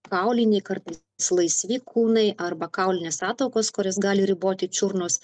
kauliniai kartais laisvi kūnai arba kaulinės ataugos kurios gali riboti čiurnos